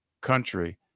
country